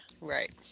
Right